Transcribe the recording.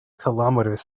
kilometre